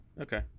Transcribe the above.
Okay